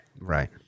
Right